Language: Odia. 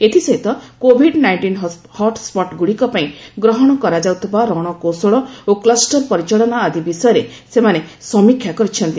ଏଥିସହିତ କୋଭିଡ୍ ନାଇଷ୍ଟିନ୍ ହଟ୍ସଟ୍ଗୁଡ଼ିକ ପାଇଁ ଗ୍ରହଣ କରାଯାଉଥିବା ରଣକୌଶଳ ଓ କୁଷ୍ଟର ପରିଚାଳନା ଆଦି ବିଷୟରେ ସେମାନେ ସମୀକ୍ଷା କରିଛନ୍ତି